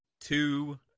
two